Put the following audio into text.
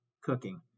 cooking